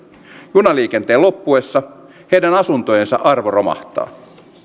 junaliikenteen loppuessa heidän asuntojensa arvo romahtaa